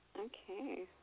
Okay